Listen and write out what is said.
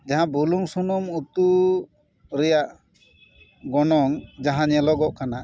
ᱡᱟᱦᱟᱸ ᱵᱩᱞᱩᱝ ᱥᱩᱱᱩᱢ ᱩᱛᱩ ᱨᱮᱭᱟᱜ ᱨᱮᱭᱟᱜ ᱜᱚᱱᱚᱝ ᱡᱟᱦᱟᱸ ᱧᱮᱞᱚᱜᱚᱜ ᱠᱟᱱᱟ